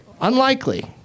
unlikely